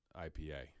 IPA